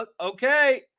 okay